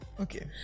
Okay